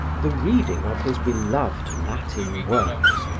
the reading of his beloved latin works,